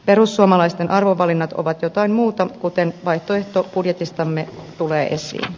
perussuomalaisten arvovalinnat ovat jotain muuta kuten vaihtoehtobudjetistamme tulee esiin